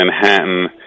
Manhattan